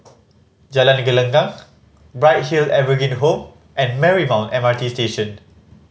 Jalan Gelenggang Bright Hill Evergreen Home and Marymount M R T Station